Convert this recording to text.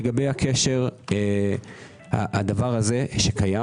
לגבי הקשר בין מצבורי מזומן לפשיעה הדבר הזה שקיים,